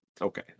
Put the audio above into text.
okay